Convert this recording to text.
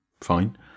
fine